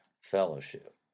fellowship